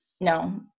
no